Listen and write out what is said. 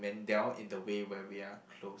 Mendel in the way where we are close